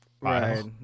Right